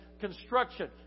Construction